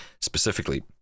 specifically